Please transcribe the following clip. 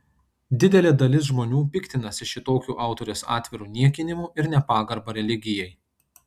didelė dalis žmonių piktinasi šitokiu autorės atviru niekinimu ir nepagarba religijai